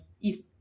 East